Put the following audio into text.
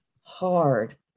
hard